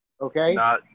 Okay